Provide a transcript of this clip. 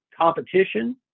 competition